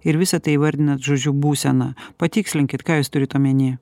ir visa tai įvardinat žodžiu būsena patikslinkit ką jūs turit omenyje